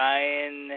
Ryan